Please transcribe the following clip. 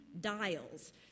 dials